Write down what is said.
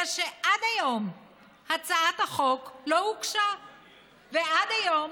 אלא שעד היום הצעת החוק לא הוגשה ועד היום